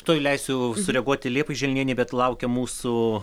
tuoj leisiu sureaguoti liepai želnienei bet laukia mūsų